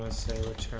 sandwich